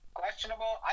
questionable